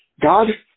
God